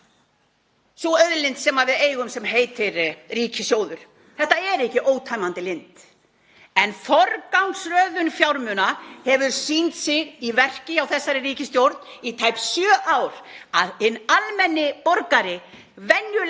sú auðlind sem við eigum og heitir ríkissjóður. Þetta er ekki ótæmandi lind en forgangsröðun fjármuna hefur sýnt sig í verki hjá þessari ríkisstjórn í tæp sjö ár, að hinn almenni borgari, venjulegt